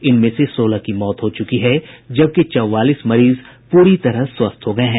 इनमें से सोलह की मौत हो चुकी है जबकि चौवालीस मरीज पूरी तरह स्वस्थ हो गये हैं